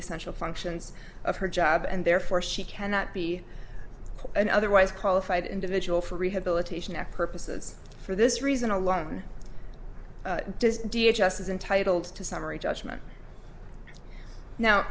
essential functions of her job and therefore she cannot be an otherwise qualified individual for rehabilitation at purposes for this reason alone does da just as entitled to summary judgment now